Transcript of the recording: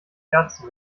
herzen